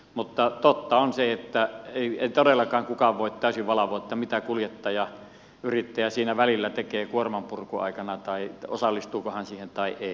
mutta totta on se että ei todellakaan kukaan voi täysin valvoa mitä kuljettajayrittäjä siinä välillä tekee kuorman purun aikana tai osallistuuko hän siihen tai ei